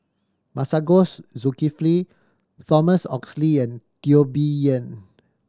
Masagos Zulkifli Thomas Oxley and Teo Bee Yen